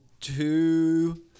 two